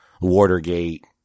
Watergate